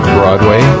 Broadway